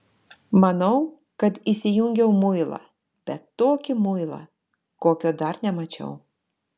manau kad įsijungiau muilą bet tokį muilą kokio dar nemačiau